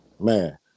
man